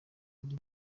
muri